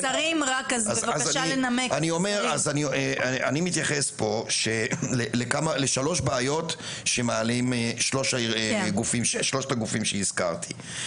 אני מתייחס פה לשלוש בעיות שמעלים שלושת הגופים שהזכרתי.